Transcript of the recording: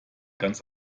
ganz